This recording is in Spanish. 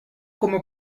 como